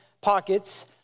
pockets